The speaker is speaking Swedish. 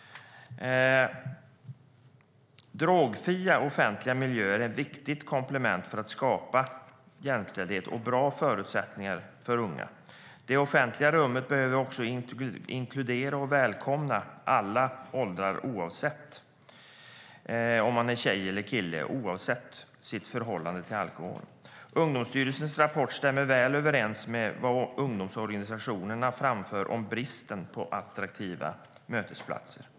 Drogfria offentliga miljöer är ett viktigt komplement för att skapa jämställdhet och bra förutsättningar för unga. Men det offentliga rummet behöver inkludera och välkomna alla oavsett ålder, om de är tjejer eller killar och deras förhållande till alkohol. Ungdomsstyrelsens rapport stämmer väl överens med vad ungdomsorganisationerna framför om bristen på attraktiva mötesplatser.